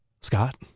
Scott